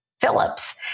Phillips